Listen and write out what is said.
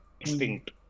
extinct